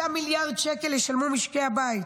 5 מיליארד שקל ישלמו משקי הבית,